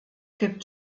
gibt